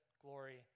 glory